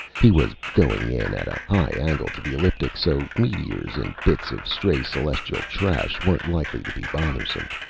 he was going in at a high angle to the ecliptic, so meteors and bits of stray celestial trash weren't likely to be bothersome.